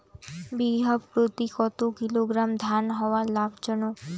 বিঘা প্রতি কতো কিলোগ্রাম ধান হওয়া লাভজনক?